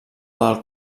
del